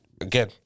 again